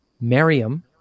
Miriam